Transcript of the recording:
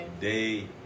day